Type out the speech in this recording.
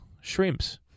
shrimps